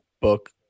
book